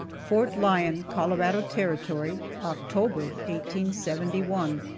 fort lyon, colorado territory, october, seventy one.